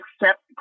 accept